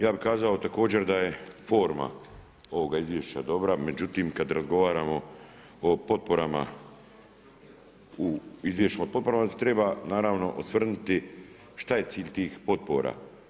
Ja bi kazao također da je forma ovog izvješća dobra, međutim, kada razgovaramo o potporama u izvješćima potporama, onda se treba naravno osvrnuti, šta je cilj tih potpora.